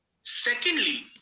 Secondly